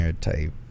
type